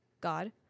god